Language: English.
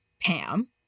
Pam